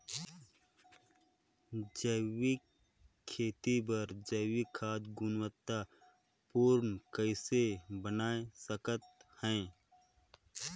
जैविक खेती बर जैविक खाद गुणवत्ता पूर्ण कइसे बनाय सकत हैं?